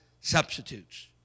substitutes